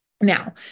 Now